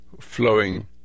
flowing